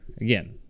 Again